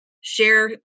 share